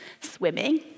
swimming